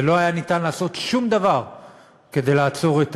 ולא היה ניתן לעשות שום דבר כדי לעצור את